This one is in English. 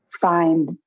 find